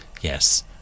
Yes